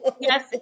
Yes